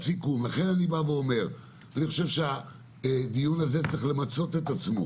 לכן אני חושב שהדיון הזה צריך למצות את עצמו